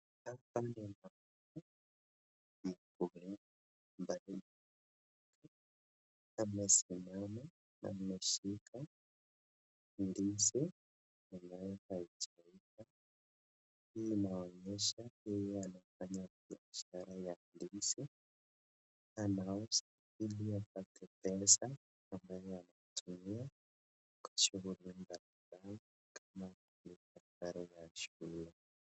Hapa ninaona mkulima ambaye amesimama ameshika ndizi ambayo haijaiva. Hii inaonyesha huyu anafanya biashara ya ndizi anauza ili apate pesa ambayo anatumia kwa shughuli mbalimbali kama kulipia karo ya shule.